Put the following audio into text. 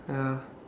ya